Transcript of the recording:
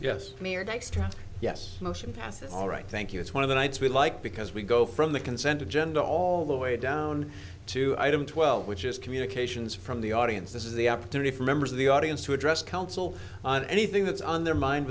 time yes motion passes all right thank you it's one of the nights we like because we go from the consent agenda all the way down to item twelve which is communications from the audience this is the opportunity for members of the audience to address council on anything that's on their mind